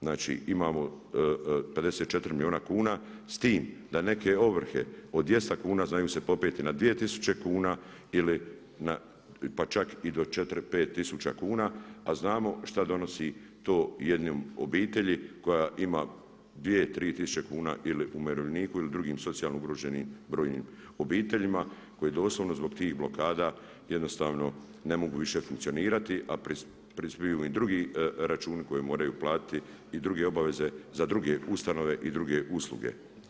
Znači imamo 54 milijuna kuna s tim da neke ovrhe od 200 kn znaju se popeti na 2000 kn ili čak i do 4000, 5000 kn a znamo što donosi to jednoj obitelji koja ima 2000, 3000 kn ili umirovljeniku ili drugim socijalno ugroženim brojnim obiteljima koje doslovno zbog tih blokada jednostavno ne mogu više funkcionirati a prispiju im i drugi računi koje moraju platiti i druge obveze za druge ustanove i druge usluge.